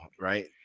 right